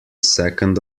second